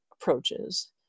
approaches